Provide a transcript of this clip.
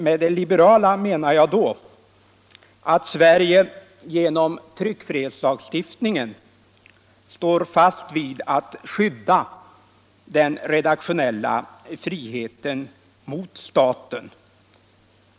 Med detta menar jag att Sverige genom tryckfrihetslagstiftningen står fast vid att skydda den redaktionella friheten mot staten.